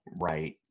right